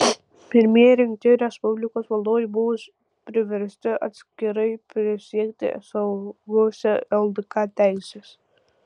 pirmieji rinkti respublikos valdovai buvo priversti atskirai prisiekti saugosią ldk teises